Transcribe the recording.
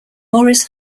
morris